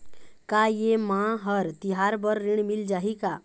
का ये मा हर तिहार बर ऋण मिल जाही का?